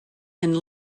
and